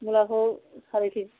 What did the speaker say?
मुलाखौ सारि केजि